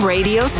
Radio